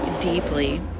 deeply